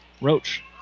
Roach